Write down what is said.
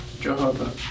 Jehovah